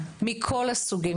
מכל הסוגים,